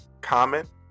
comment